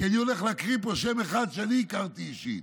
כי אני הולך להקריא פה שם אחד שאני הכרתי אישית.